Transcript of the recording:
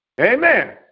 Amen